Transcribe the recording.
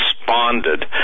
responded